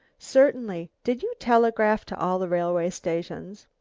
certainly. did you telegraph to all the railway stations?